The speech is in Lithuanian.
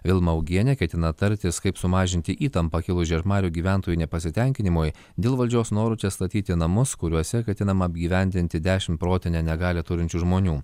vilma augienė ketina tartis kaip sumažinti įtampą kilus žiežmarių gyventojų nepasitenkinimui dėl valdžios norų čia statyti namus kuriuose ketinama apgyvendinti dešimt protinę negalią turinčių žmonių